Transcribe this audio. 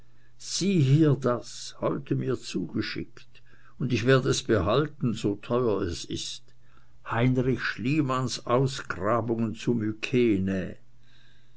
sieh hier das heute mir zugeschickt und ich werd es behalten so teuer es ist heinrich schliemanns ausgrabungen zu